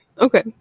Okay